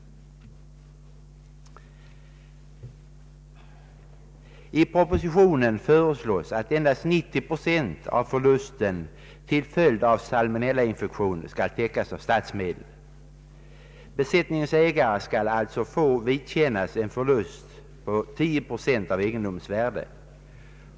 I propositionen föreslås att endast 90 procent av förlusten till följd av salmonellainfektion skall täckas av statsmedel. Besättningens ägare skall få vidkännas en förlust på 10 procent av egendomens värde.